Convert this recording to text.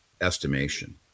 estimation